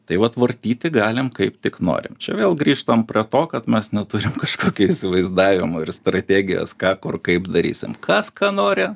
tai vat vartyti galim kaip tik norim čia vėl grįžtam prie to kad mes neturim kažkokio įvaizdavimo ir strategijos ką kur kaip darysime kas ką nori